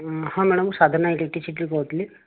ହଁ ମ୍ୟାଡ଼ାମ୍ ସାଧନା ଇଲେଟ୍ରିସିଟିରୁ କହୁଥିଲି